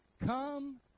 come